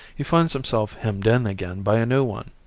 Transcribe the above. he finds himself hemmed in again by a new one.